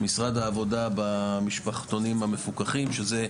משרד העבודה במשפחתונים המפוקחים שזה,